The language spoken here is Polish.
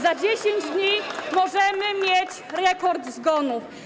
Za 10 dni możemy mieć rekord zgonów.